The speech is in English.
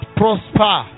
prosper